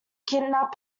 kidnap